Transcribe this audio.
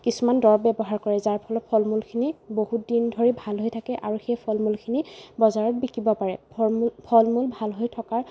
কিছুমান দৰৱ ব্যৱহাৰ কৰে যাৰ ফলত ফল মূলখিনি বহুত দিন ধৰি ভাল হৈ থাকে আৰু সেই ফল মূলখিনি বজাৰত বিকিব পাৰে ফৰ মূ ফল মূল ভাল হৈ থকাৰ